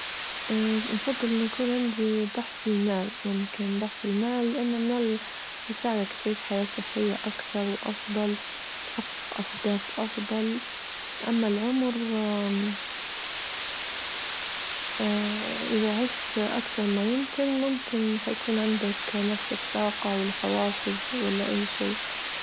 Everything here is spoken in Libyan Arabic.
اه نفضل أنه يكون عندي ضعف المال ممكن ضعف المال لأن المال حيساعدك تعيش حياة صحية أكتر وأفضل وتحقق أهداف أفضل أما العمر إذا عشت ما يمكن ممكن ما حيكون عندك نفس الطاقة والحوافز ولا اي شي.